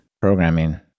programming